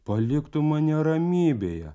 palik tu mane ramybėje